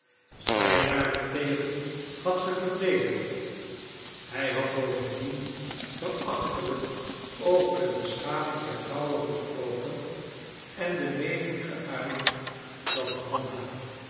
zij daarentegen had ze verdedigd hij had bovendien verachtelijk over de beschaving der vrouwen gesproken en de meening geuit dat hanna